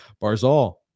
Barzal